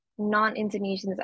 non-Indonesians